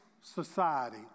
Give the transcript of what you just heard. society